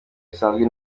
bisanzwe